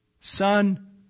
Son